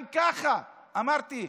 גם ככה, אמרתי,